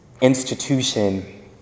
institution